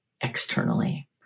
externally